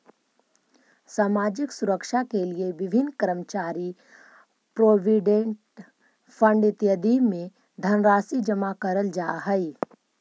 सामाजिक सुरक्षा के लिए विभिन्न कर्मचारी प्रोविडेंट फंड इत्यादि में धनराशि जमा करल जा हई